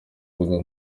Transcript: imbuga